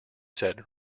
said